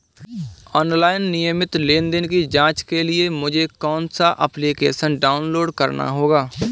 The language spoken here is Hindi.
ऑनलाइन नियमित लेनदेन की जांच के लिए मुझे कौनसा एप्लिकेशन डाउनलोड करना होगा?